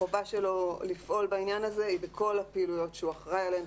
החובה שלו לפעול בעניין הזה היא בכל הפעילויות שהוא אחראי עליהן,